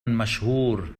مشهور